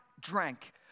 drank